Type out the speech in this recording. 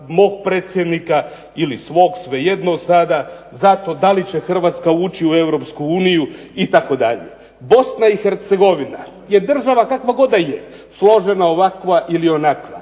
ili svog, svejedno sada, za to da li će Hrvatska ući u EU itd. BiH je država kakva god da je, složena ovakva ili onakva,